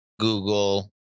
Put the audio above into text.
Google